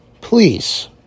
Please